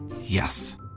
Yes